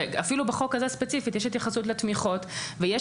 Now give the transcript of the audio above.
אפילו בחוק הזה ספציפית יש התייחסות לתמיכות ויש